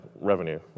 revenue